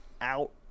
out